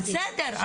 אז בסדר,